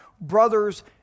brothers